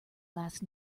last